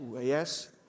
yes